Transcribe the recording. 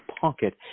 pocket